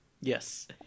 yes